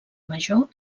major